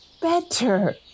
better